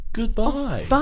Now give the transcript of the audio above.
Goodbye